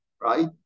right